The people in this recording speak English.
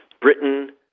Britain